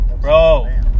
bro